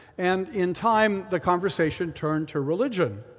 and in time the conversation turned to religion,